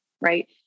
Right